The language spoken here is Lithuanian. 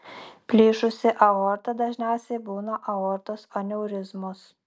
plyšusi aorta dažniausiai būna aortos aneurizmos